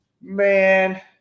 man